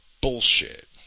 Bullshit